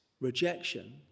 rejection